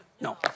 No